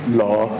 law